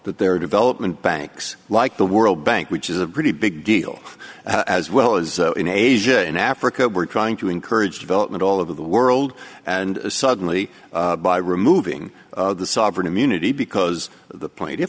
that there are development banks like the world bank which is a pretty big deal as well as in asia in africa we're trying to encourage development all over the world and suddenly by removing the sovereign immunity because the p